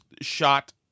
shot